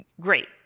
Great